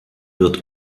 wird